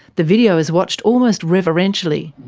the video is watched almost reverentially.